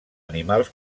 animals